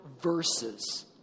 verses